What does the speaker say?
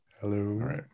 Hello